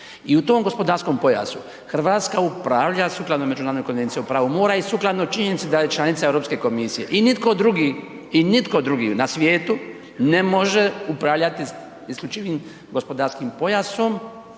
i u tom gospodarskom pojasu, Hrvatska upravlja sukladno Međunarodnoj konvenciji o pravu mora i sukladno činjenici da je članica Europske komisije i nitko drugi na svijetu ne može upravljati isključivim gospodarskim pojasom